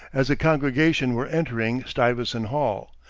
as the congregation were entering stuyvesant hall,